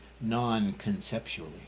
non-conceptually